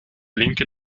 linke